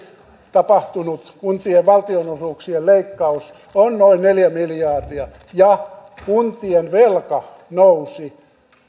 tapahtunut kuntien valtionosuuksien leikkaus on noin neljä miljardia ja kuntien velka nousi